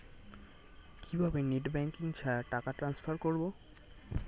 কিভাবে net banking ছাড়া টাকা ট্রান্সফার করবো?